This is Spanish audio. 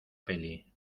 peli